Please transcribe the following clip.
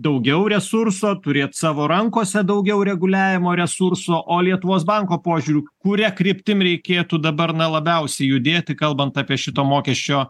daugiau resurso turėt savo rankose daugiau reguliavimo resurso o lietuvos banko požiūriu kuria kryptim reikėtų dabar na labiausiai judėti kalbant apie šito mokesčio